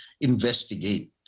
investigate